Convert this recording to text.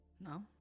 No